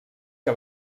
que